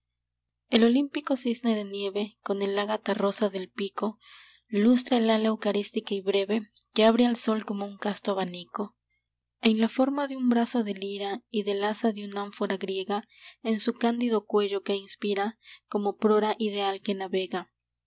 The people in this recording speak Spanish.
el olímpico cisne de nieve con el ágata rosa del pico lustra el ala eucarística y breve que abre al sol como un casto abanico en la forma de un brazo de lira y del asa de un ánfora griega es su cándido cuello que inspira como prora ideal que navega